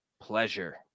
pleasure